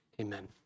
Amen